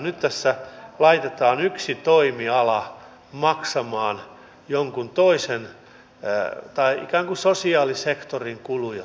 nyt tässä laitetaan yksi toimiala maksamaan jonkun toisen tai ikään kuin sosiaalisektorin kuluja suomessa